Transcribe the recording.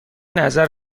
نظر